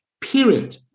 Period